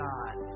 God